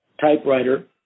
typewriter